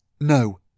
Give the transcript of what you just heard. No